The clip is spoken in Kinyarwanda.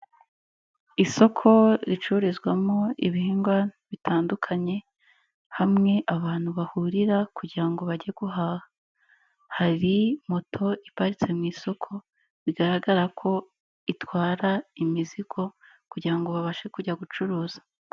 Isoko ricururizwamo ibihingwa bitandukanye hamwe abantu bahurira kugira bajye guhaha, hari moto iparitse mu isoko bigaragara ko itwara imizigo kugirango ngo babashe kujya gucuruza.